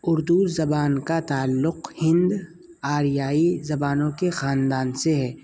اردو زبان کا تعلق ہند آریائی زبانوں کے خاندان سے ہے